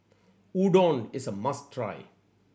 udon is a must try